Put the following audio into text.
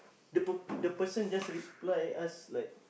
the p~ the person just reply us like